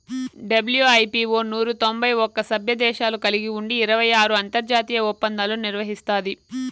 WIPO నూరు తొంభై ఒక్క సభ్యదేశాలు కలిగి ఉండి ఇరవై ఆరు అంతర్జాతీయ ఒప్పందాలు నిర్వహిస్తాది